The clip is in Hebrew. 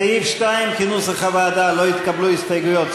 סעיף 2, כנוסח הוועדה, לא התקבלו הסתייגויות.